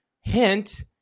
Hint